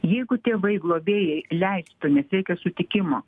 jeigu tėvai globėjai leistų nes reikia sutikimo